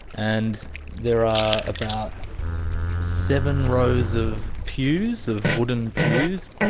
and there are about seven rows of pews, of wooden pews.